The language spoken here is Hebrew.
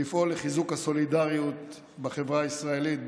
ולפעול לחיזוק הסולידריות בחברה הישראלית,